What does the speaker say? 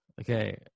Okay